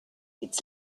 its